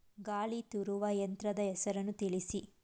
ಗಾಳಿ ತೂರುವ ಯಂತ್ರದ ಹೆಸರನ್ನು ತಿಳಿಸಿ?